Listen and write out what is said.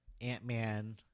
Ant-Man